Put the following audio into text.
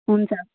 हुन्छ